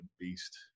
beast